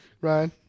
Ryan